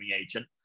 agent